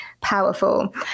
powerful